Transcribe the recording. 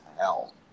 hell